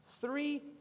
Three